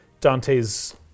Dante's